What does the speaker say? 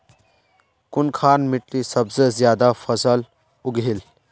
कुनखान मिट्टी सबसे ज्यादा फसल उगहिल?